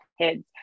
kids